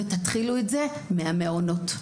ותתחילו את זה מהמעונות.